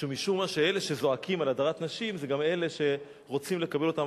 שמשום-מה אלה שזועקים על הדרת נשים זה גם אלה שרוצים לקבל אותם.